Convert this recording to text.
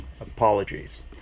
apologies